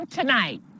tonight